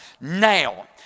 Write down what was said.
Now